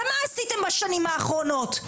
ומה עשיתם בשנים האחרונות?